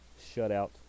shutout